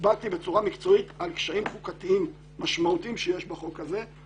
הצבעתי בצורה מקצועית על קשיים חוקתיים משמעותיים שיש בחוק הזה,